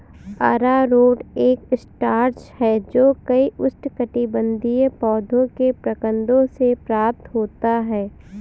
अरारोट एक स्टार्च है जो कई उष्णकटिबंधीय पौधों के प्रकंदों से प्राप्त होता है